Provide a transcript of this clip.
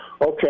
Okay